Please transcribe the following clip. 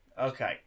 okay